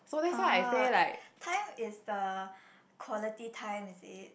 oh time is the quality time is it